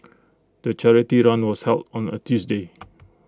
the charity run was held on A Tuesday